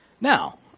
Now